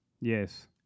Yes